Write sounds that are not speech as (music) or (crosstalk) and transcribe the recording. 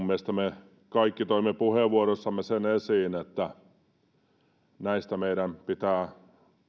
(unintelligible) mielestäni me kaikki toimme puheenvuoroissamme esiin sen että näistä meidän pitää